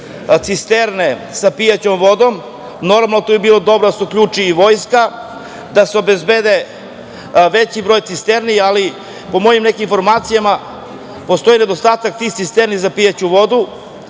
cisterne sa pijaćom vodom? Normalno, tu bi bilo dobro da se uključi i vojska, da se obezbedi veći broj cisterni, ali po mojim nekim informacijama, postoji nedostatak tih cisterni za pijaću vodu.